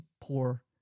poor